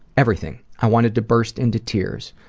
everything. i wanted to burst into tears.